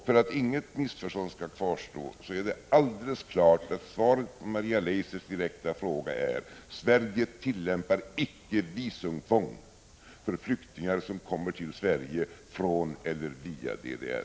För att inget missförstånd skall kvarstå vill jag säga att det är alldeles klart att svaret på Maria Leissners direkta fråga är: Sverige tillämpar icke visumtvång för flyktingar som kommer till Sverige från eller via DDR.